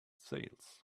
sails